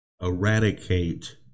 eradicate